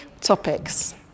topics